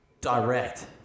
direct